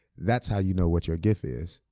that's how you know what your gift is,